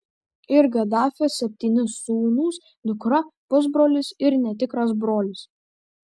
ir gadafio septyni sūnūs dukra pusbrolis ir netikras brolis